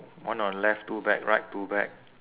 one on left two bag right two bag